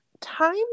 Time